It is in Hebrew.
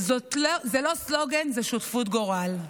זה לא סלוגן, זו שותפות גורל.